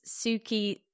Suki